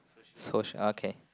social okay